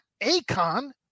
Akon